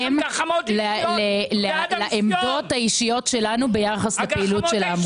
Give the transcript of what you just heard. ולא בהתאם לעמדות האישיות שלנו ביחס לפעילות של העמותה.